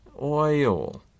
oil